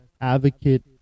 advocate